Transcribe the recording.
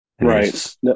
Right